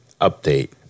Update